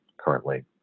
currently